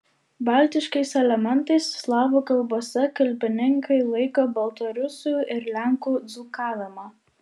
baltiškais elementais slavų kalbose kalbininkai laiko baltarusių ir lenkų dzūkavimą